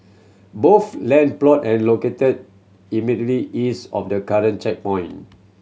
both land plot and located immediately east of the current checkpoint